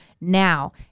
now